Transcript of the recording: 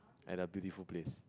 at a beautiful place